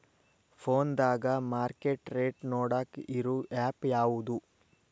ಫೋನದಾಗ market rate ನೋಡಾಕ್ ಇರು ಆ್ಯಪ್ ಯಾವದು?